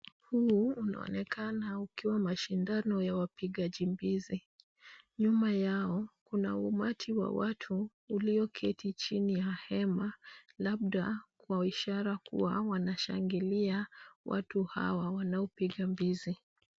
Huu unaonekana ukiwa mashindano ya wapigaji mbizi. Nyuma yao kuna umati wa watu ulioketi chini ya hema labda kwa ishara kuwa wanashangilia watu hawa wanaopiga mbizi.